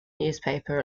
newspaper